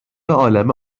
عالمه